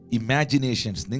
imaginations